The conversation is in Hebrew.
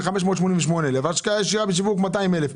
588 שקלים, השקעה ישירה בשיווק 200 אלף.